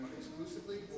exclusively